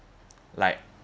like